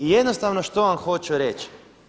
I jednostavno što vam hoću reći?